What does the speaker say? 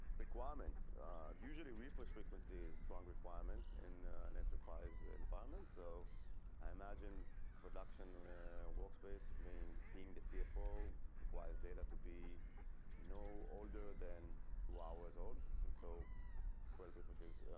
requirements usually refresh frequency is strong requirement in an enterprise environment. so i imagine production workspace being being the cfo requires data to be no older than two hours old and so well with which is